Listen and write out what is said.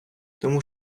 тому